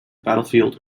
battlefield